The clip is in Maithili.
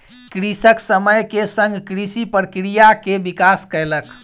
कृषक समय के संग कृषि प्रक्रिया के विकास कयलक